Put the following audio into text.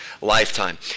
lifetime